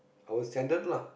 our standard lah